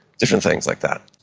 different things like that.